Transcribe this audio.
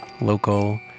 local